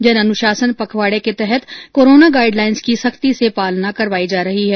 जन अनुशासन पखवाडे के तहत कोरोना गाईड लाईन्स की सख्ती से पालना करवाई जा रही है